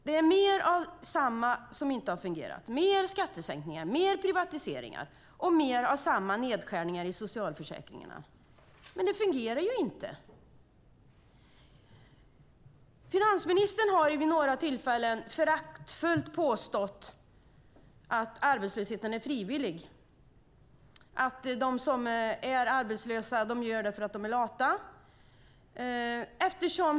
Det är mer av samma som inte har fungerat: mer skattesänkningar, mer privatiseringar och mer av samma nedskärningar i socialförsäkringarna. Men det fungerar ju inte. Finansministern har vid några tillfällen föraktfullt påstått att arbetslösheten är frivillig, att de som är arbetslösa är det för att de är lata.